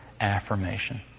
affirmation